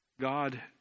God